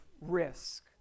risk